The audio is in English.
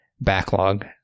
backlog